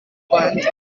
rwanda